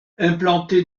implantée